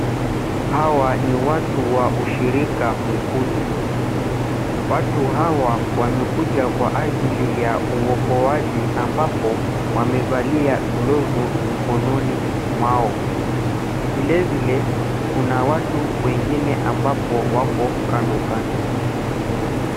Hawa ni watu wa ushirika mwekundu. Watu hawa wamekuja kwa ajili ya uokoaji ambapo wamevalia glavu mkononi mwao . Vilevile kuna watu wengine ambapo wapo kando, kando.